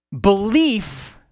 Belief